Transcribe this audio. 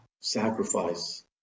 sacrifice